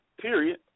Period